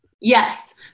Yes